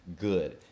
good